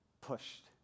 pushed